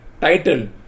title